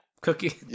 cookie